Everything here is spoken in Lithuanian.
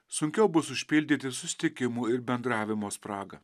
sunkiau bus užpildyti susitikimų ir bendravimo spragą